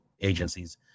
agencies